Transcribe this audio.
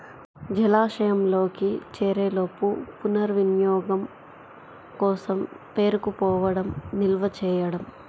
జలాశయంలోకి చేరేలోపు పునర్వినియోగం కోసం పేరుకుపోవడం నిల్వ చేయడం